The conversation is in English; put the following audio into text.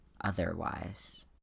otherwise